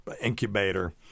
incubator